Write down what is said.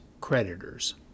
creditors